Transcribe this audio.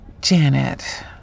Janet